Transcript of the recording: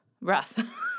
rough